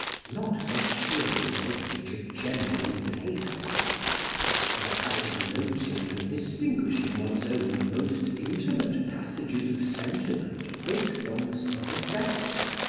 not less surely does it reach a genuine pathos for the habit of noting and distinguishing one's own most intimate passages of sentiment makes one sympathetic,